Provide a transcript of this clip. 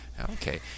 okay